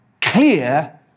clear